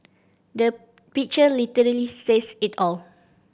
the picture literally says it all